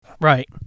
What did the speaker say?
Right